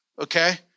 Okay